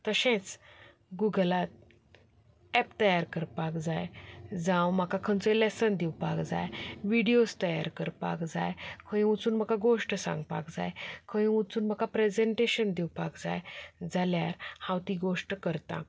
तशेंच गुगलार एप तयार करपाक जाय जावं म्हाका खंयचोय लॅसन दिवपाक जाय विडिओस तयार करपाक जाय खंय वचून म्हाका गोश्ट सांगपाक जाय खंय वचून म्हाका प्रेसेंटेशन दिवपाक जाय जाल्यार हांव ती गोश्ट करतां